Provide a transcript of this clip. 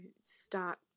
start